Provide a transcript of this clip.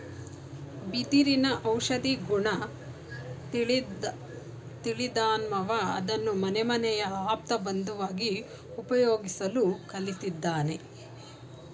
ಬಿದಿರಿನ ಔಷಧೀಗುಣ ತಿಳಿದ್ಮಾನವ ಅದ್ನ ಮನೆಮನೆಯ ಆಪ್ತಬಂಧುವಾಗಿ ಉಪಯೋಗಿಸ್ಲು ಕಲ್ತಿದ್ದಾನೆ